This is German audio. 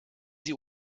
sie